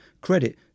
Credit